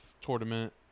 tournament